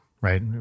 right